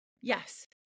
Yes